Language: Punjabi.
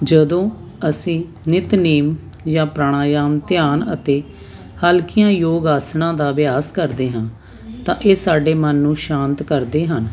ਜਦੋਂ ਅਸੀਂ ਨਿਤਨੇਮ ਜਾਂ ਪ੍ਰਾਣਾਯਾਮ ਧਿਆਨ ਅਤੇ ਹਲਕੀਆਂ ਯੋਗ ਆਸਣਾਂ ਦਾ ਅਭਿਆਸ ਕਰਦੇ ਹਾਂ ਤਾਂ ਇਹ ਸਾਡੇ ਮਨ ਨੂੰ ਸ਼ਾਂਤ ਕਰਦੇ ਹਨ